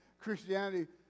Christianity